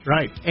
Right